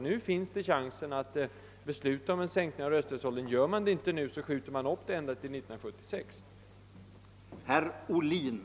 Nu finns chansen att besluta om en sänkning av rösträttsåldern. Gör man det inte nu, skjuter man upp det ända till 1976.